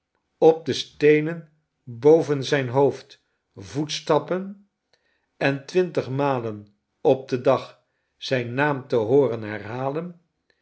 op de steenen boven zijn hoofd voetstappen en twintigmalen op een dag zijn naam te hooren herhalen